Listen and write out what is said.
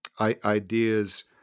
ideas